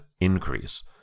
increase